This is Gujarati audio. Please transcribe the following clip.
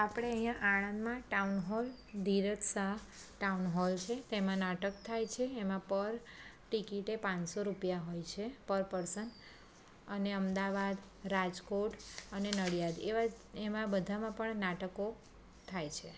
આપણે અહીંયા આણંદમાં town hall Dhiraj Shah town hall છે તેમાં નાટક થાય છે એમાં પર ટિકિટે પાંચસો રૂપિયા હોય છે પર પર્સન અને અમદાવાદ રાજકોટ અને નડિયાદ એવા એમાં બધામાં પણ નાટકો થાય છે